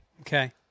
Okay